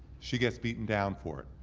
she gets beaten down for it.